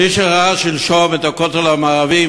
מי שראה שלשום את הכותל המערבי,